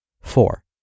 Four